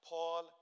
Paul